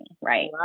right